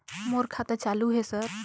मोर खाता चालु हे सर?